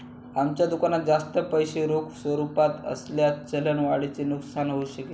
आमच्या दुकानात जास्त पैसे रोख स्वरूपात असल्यास चलन वाढीचे नुकसान होऊ शकेल